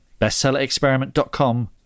bestsellerexperiment.com